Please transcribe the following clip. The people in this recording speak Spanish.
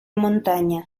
montaña